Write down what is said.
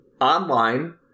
online